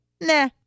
nah